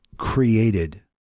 created